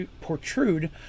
protrude